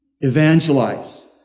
Evangelize